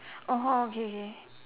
oh wow okay K